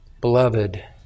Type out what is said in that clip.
Beloved